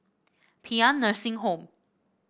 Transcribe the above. Paean Nursing Home